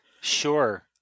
Sure